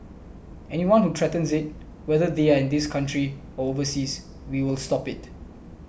anyone who threatens it whether they are in this country or overseas we will stop it